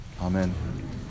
Amen